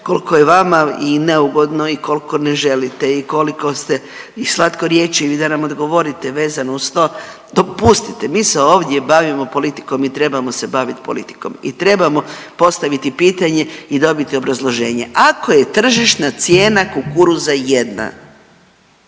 kolko je vama i neugodno i kolko ne želite i koliko ste i slatkorječivi da nam odgovorite vezano uz to, dopustite, mi se ovdje bavimo politikom i trebamo se bavit politikom i trebamo postaviti pitanje i dobiti obrazloženje. Ako je tržišna cijena kukuruza jedna,